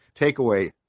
takeaway